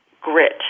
grit